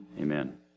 Amen